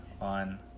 on